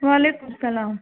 وعلیکُم سلام